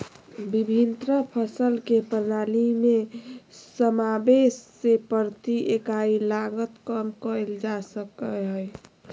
विभिन्न फसल के प्रणाली में समावेष से प्रति इकाई लागत कम कइल जा सकय हइ